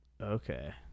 Okay